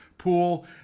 pool